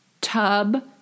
tub